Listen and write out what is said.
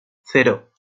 cero